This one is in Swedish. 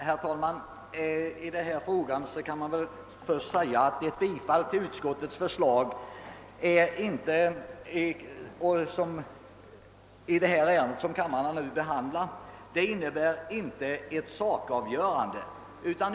Herr talman! När det gäller denna fråga kan man väl säga att ett bifall till utskottets förslag inte innebär ett sakavgörande.